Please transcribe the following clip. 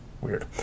Weird